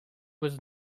was